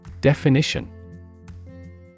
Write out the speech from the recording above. Definition